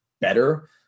better